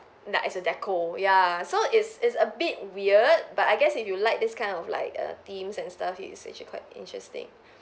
like as a decor ya so is is a bit weird but I guess if you like this kind of like err themes and stuff it's actually quite interesting